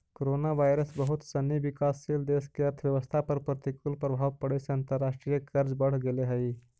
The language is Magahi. कोरोनावायरस बहुत सनी विकासशील देश के अर्थव्यवस्था पर प्रतिकूल प्रभाव पड़े से अंतर्राष्ट्रीय कर्ज बढ़ गेले हई